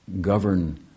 govern